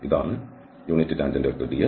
ഇതാണ് unit tangent vector ds